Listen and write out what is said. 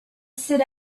sit